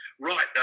right